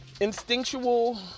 instinctual